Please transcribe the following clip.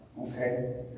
okay